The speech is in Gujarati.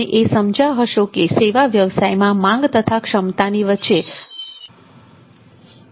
તમે એ સમજ્યા હશો કે સેવા વ્યવસાયમાં માંગ તથા ક્ષમતાની વચ્ચે અસમાનતાઓ હોઈ શકે છે